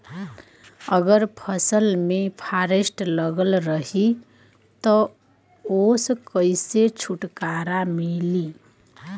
अगर फसल में फारेस्ट लगल रही त ओस कइसे छूटकारा मिली?